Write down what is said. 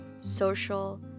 social